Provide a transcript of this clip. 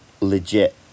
legit